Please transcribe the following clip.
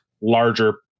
larger